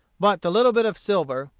but the little bit of silver,